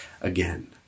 again